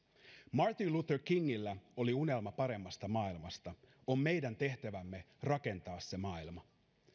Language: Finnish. martin luther kingillä oli unelma paremmasta maailmasta on meidän tehtävämme rakentaa se maailma